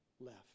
left